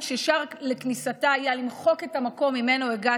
שהשער לכניסתה היה למחוק את המקום שממנו הגעתי,